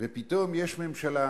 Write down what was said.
ופתאום יש ממשלה